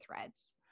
threads